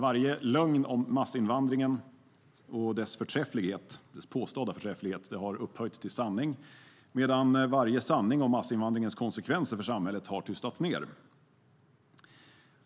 Varje lögn om massinvandringen och dess påstådda förträfflighet har upphöjts till sanning, medan varje sanning om massinvandringens konsekvenser för samhället har tystats ned.